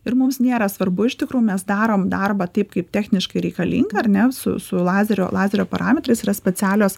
ir mums nėra svarbu iš tikrųjų mes darom darbą taip kaip techniškai reikalinga ar ne su su lazerio lazerio parametrais yra specialios